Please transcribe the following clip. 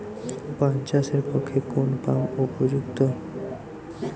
পান চাষের পক্ষে কোন পাম্প উপযুক্ত?